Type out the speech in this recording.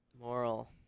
moral